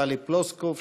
טלי פלוסקוב,